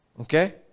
okay